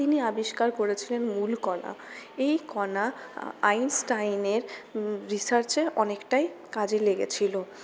তিনি আবিষ্কার করেছিলেন মূল কণা এই কণা আইনস্টাইনের রিসার্চের অনেকটাই কাজে লেগেছিল